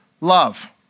love